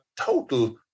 total